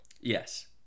Yes